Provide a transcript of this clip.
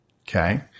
Okay